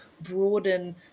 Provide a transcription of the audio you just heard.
broaden